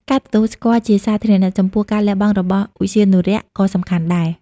ការទទួលស្គាល់ជាសាធារណៈចំពោះការលះបង់របស់ឧទ្យានុរក្សក៏សំខាន់ដែរ។